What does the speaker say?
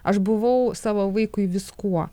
aš buvau savo vaikui viskuo